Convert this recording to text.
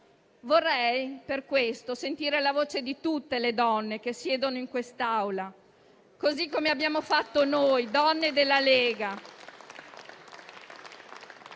Vorrei per questo sentire la voce di tutte le donne che siedono in quest'Aula, così come abbiamo fatto noi, donne della Lega,